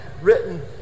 written